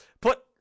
put